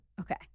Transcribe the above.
Okay